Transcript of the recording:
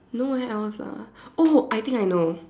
nowhere else ah oh I think I know